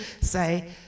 say